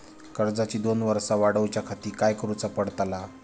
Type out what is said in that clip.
कर्जाची दोन वर्सा वाढवच्याखाती काय करुचा पडताला?